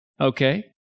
Okay